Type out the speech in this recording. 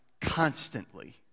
constantly